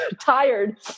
tired